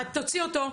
תוציא אותו.